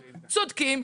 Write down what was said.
צודקים,